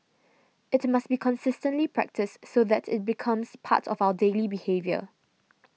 it must be consistently practised so that it becomes part of our daily behaviour